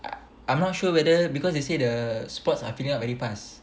I'm not sure whether because they say the spots are filling up very fast